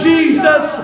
Jesus